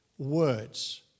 Words